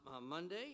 Monday